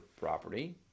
property